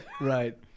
Right